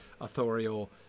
authorial